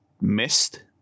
missed